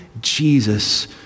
Jesus